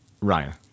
Ryan